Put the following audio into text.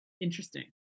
interesting